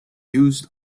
used